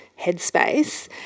headspace